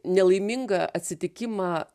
nelaimingą atsitikimą